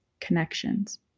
connections